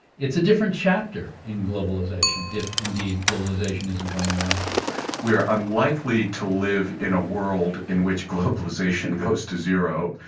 it's a different chapter in globalization if indeed globalization isn't going away we are unlikely to live in a world in which globalization goes to zero.